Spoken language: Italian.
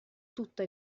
tutto